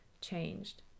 changed